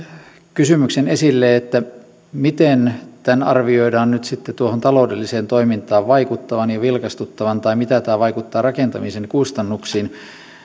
kysymyksen että miten tämän arvioidaan nyt sitten tuohon taloudelliseen toimintaan vaikuttavan ja vilkastuttavan sitä tai miten tämä vaikuttaa rakentamisen kustannuksiin